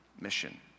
mission